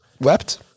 wept